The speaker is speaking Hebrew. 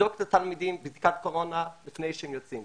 לבדוק את התלמידים בדיקת קורונה לפני שהם יוצאים.